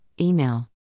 email